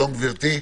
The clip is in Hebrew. שלום גברתי.